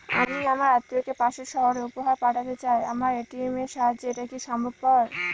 আমি আমার আত্মিয়কে পাশের সহরে উপহার পাঠাতে চাই আমার এ.টি.এম এর সাহায্যে এটাকি সম্ভবপর?